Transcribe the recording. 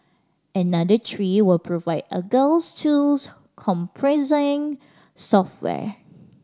another three will provide agile tools comprising software